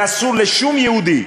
ואסור לשום יהודי,